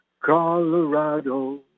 Colorado